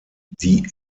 die